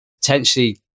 potentially